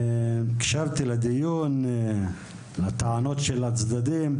הקשבתי לדיון ולטענות של הצדדים.